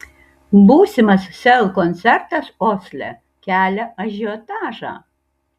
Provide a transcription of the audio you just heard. būsimas sel koncertas osle kelia ažiotažą